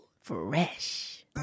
Fresh